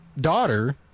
daughter